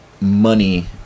money